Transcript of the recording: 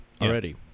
Already